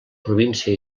província